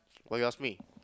what you ask me